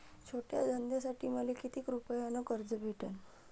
छोट्या धंद्यासाठी मले कितीक रुपयानं कर्ज भेटन?